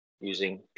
using